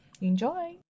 Enjoy